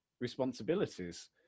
responsibilities